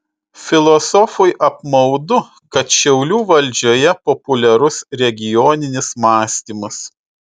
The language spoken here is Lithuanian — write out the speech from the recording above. filosofui apmaudu kad šiaulių valdžioje populiarus regioninis mąstymas